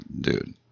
Dude